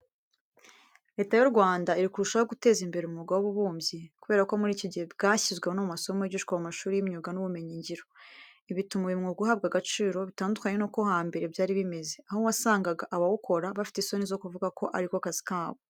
Leta y'u Rwanda iri kurushaho guteza imbere umwuga w'ububumbyi. Kubera ko muri iki gihe bwashyizwe no mu masomo yigishwa mu mashuri y'imyuga n'ubumenyingiro. Ibi bituma uyu mwuga uhabwa agaciro bitandukanye nuko hambere byari bimeze, aho wasangaga abawukora bafite isoni zo kuvuga ko ari ko kazi kabo.